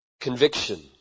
conviction